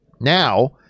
now